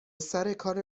سرکار